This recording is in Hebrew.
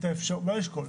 לא לשקול,